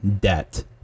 debt